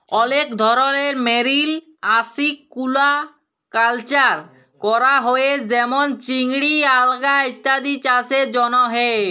অলেক ধরলের marine aquaculture ক্যরা হ্যয়ে যেমল চিংড়ি, আলগা ইত্যাদি চাসের জন্হে